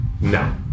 no